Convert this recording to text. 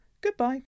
Goodbye